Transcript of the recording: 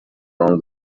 wrong